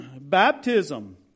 Baptism